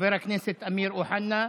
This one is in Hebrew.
חבר הכנסת אמיר אוחנה,